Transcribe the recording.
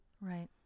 Right